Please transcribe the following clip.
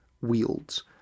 wields